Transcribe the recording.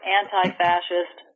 anti-fascist